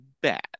bad